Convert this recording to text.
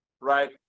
right